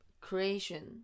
Creation